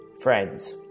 Friends